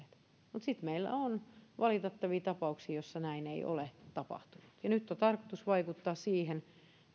mutta sitten meillä on valitettavia tapauksia joissa näin ei ole tapahtunut ja nyt on tarkoitus vaikuttaa siihen